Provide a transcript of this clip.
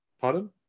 Pardon